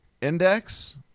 index